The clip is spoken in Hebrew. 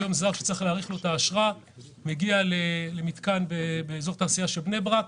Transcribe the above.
היום זר שצריך להאריך לו את האשרה מגיע למתקן באזור התעשייה של בני-ברק,